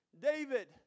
David